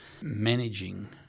managing